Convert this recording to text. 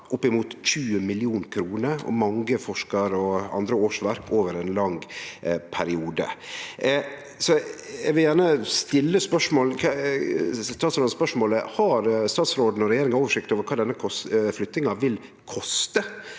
oppimot 20 mill. kr og mange forskarårsverk og andre årsverk over ein lang periode. Eg vil gjerne stille statsråden spørsmålet: Har statsråden og regjeringa oversikt over kva denne flyttinga vil koste?